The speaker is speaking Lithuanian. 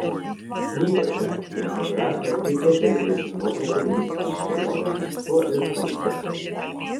knygose fotografė taip pat dalijasi nuotraukomis iš kelionės po irkutską